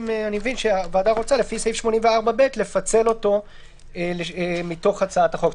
אני מבין שהוועדה רוצה לפי סעיף 84(ב) לפצל אותו מתוך הצעת החוק.